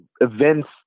events